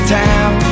town